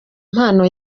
impano